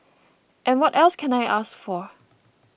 and what else can I ask for